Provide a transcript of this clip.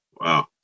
Wow